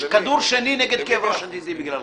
כדור שני נגד כאב ראש שתיתי בגללכם.